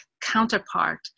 counterpart